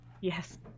Yes